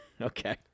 Okay